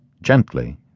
gently